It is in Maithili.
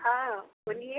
हँ बोलिये